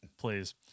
please